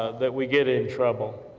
that we get in trouble.